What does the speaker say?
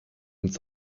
ins